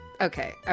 okay